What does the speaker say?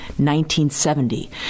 1970